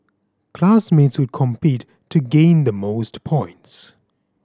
classmates would compete to gain the most points